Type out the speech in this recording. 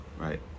Right